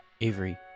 Avery